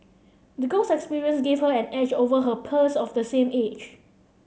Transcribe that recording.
the girl's experience gave her an edge over her peers of the same age